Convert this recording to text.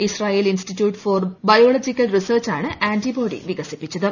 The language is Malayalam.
ഇസ്രയേൽ ഇൻസ്റ്റിറ്റ്യൂട്ട് ഫോർ ബയോളജിക്കൽ റിസർച്ചാണ് ആന്റിബോഡി വികസിപ്പിച്ചത്